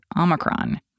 Omicron